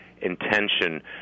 intention